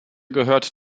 gehört